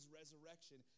resurrection